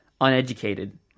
uneducated